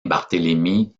barthélémy